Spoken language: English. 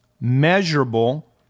measurable